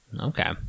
Okay